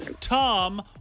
Tom